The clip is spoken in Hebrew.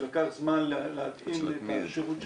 ולקח זמן להתאים את השירות שלנו.